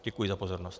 Děkuji za pozornost.